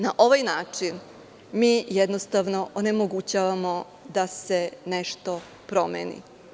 Na ovaj način mi, jednostavno, onemogućavamo da se nešto promeni.